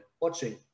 watching